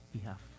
behalf